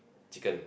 chicken